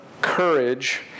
courage